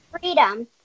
freedom